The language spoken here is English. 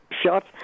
shot